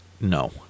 No